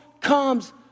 comes